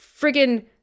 friggin